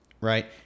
Right